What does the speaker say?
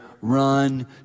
run